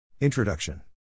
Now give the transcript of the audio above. Introduction